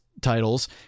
titles